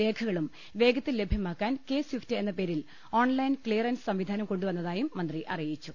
വൃവസായ ലൈസൻസുകളും രേഖകളും വേഗത്തിൽ ലഭ്യമാക്കാൻ കെ സിഫ്റ്റ് എന്ന പേരിൽ ഓൺലൈൻ ക്ലിയറൻസ് സംവിധാനം കൊണ്ടുവന്നതായും മന്ത്രി അറിയിച്ചു